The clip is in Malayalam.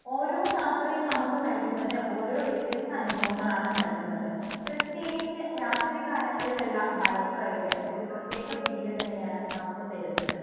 ഓരോ യാത്രയും നമുക്ക് നൽകുന്നത് ഓരോ വ്യത്യസ്ത അനുഭവങ്ങളാണ് നൽകുന്നത് പ്രത്യേകിച്ച് രാത്രി കാലങ്ങളിലുള്ള ബൈക്ക് റൈഡ് ഒരു പ്രത്യേക ഫീല് തന്നെയാണ് നമുക്ക് തരുന്നത്